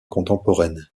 contemporaine